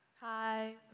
Hi